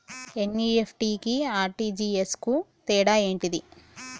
NEFT కి RTGS కు తేడా ఏంటిది?